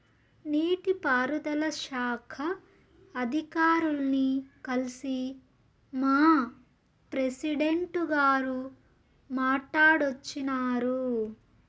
నీటి పారుదల శాఖ అధికారుల్ని కల్సి మా ప్రెసిడెంటు గారు మాట్టాడోచ్చినారు